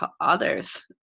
others